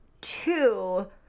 two